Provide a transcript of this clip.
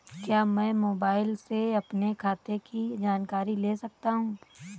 क्या मैं मोबाइल से अपने खाते की जानकारी ले सकता हूँ?